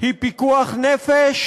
היא פיקוח נפש,